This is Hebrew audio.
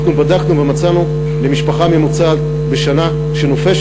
אנחנו בדקנו ומצאנו שלמשפחה ממוצעת שנופשת